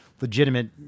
legitimate